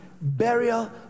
burial